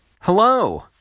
Hello